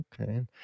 okay